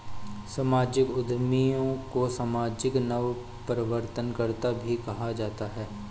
सामाजिक उद्यमियों को सामाजिक नवप्रवर्तनकर्त्ता भी कहा जाता है